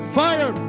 fire